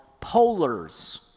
polars